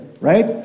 right